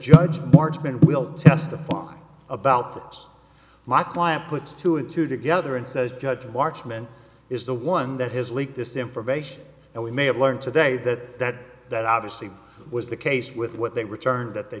judge bargeman will testify about six my client puts two and two together and says judge watchman is the one that has leaked this information and we may have learned today that that obviously was the case with what they returned that they